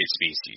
species